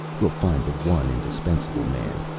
we'll find the one indispensable man.